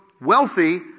wealthy